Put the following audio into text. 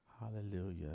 Hallelujah